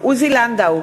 עוזי לנדאו,